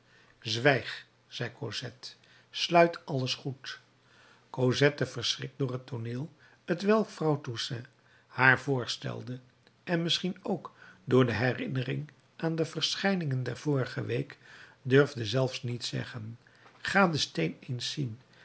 zwijg zei cosette sluit alles goed cosette verschrikt door het tooneel t welk vrouw toussaint haar voorstelde en misschien ook door de herinnering aan de verschijningen der vorige week durfde zelfs niet zeggen ga den steen eens zien